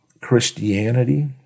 Christianity